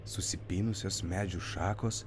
susipynusios medžių šakos